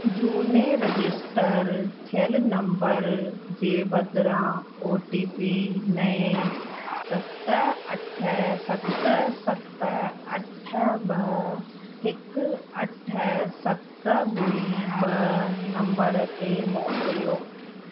झूने रजिस्टर थियलु नंबर जे बदिरां ओ टी पी नए सत अठ सत सत अठ ॿ हिकु अठ सत ॿुड़ी ॿ नंबर ते मोकिलियो